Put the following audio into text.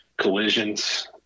collisions